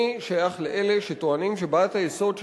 אני שייך לאלה שטוענים שבעיית היסוד של